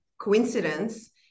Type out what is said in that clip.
coincidence